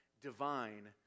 divine